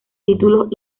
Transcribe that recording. títulos